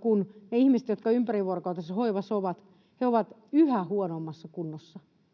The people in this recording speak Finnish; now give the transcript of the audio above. kun ne ihmiset, jotka ovat ympärivuorokautisessa hoivassa, ovat yhä huonommassa kunnossa.